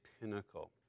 pinnacle